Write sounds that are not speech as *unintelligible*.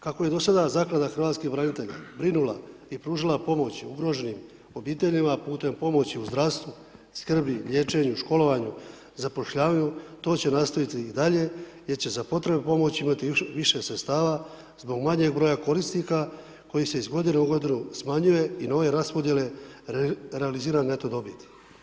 Kako je do sada Zaklada hrvatskih branitelja brinula i pružila pomoć ugroženim obiteljima putem pomoći u zdravstvu, skrbi, liječenju, školovanju, zapošljavanju to će nastaviti i dalje jer će za potrebe pomoći imati više sredstava zbog manjeg broja korisnika koji se iz godine u godinu smanjuje i ... *unintelligible* raspodjele realizira neto dobit.